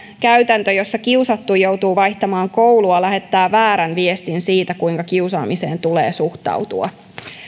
käytäntö jossa kiusattu joutuu vaihtamaan koulua lähettää väärän viestin siitä kuinka kiusaamiseen tulee suhtautua